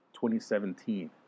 2017